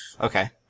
Okay